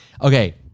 Okay